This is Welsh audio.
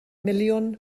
miliwn